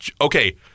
Okay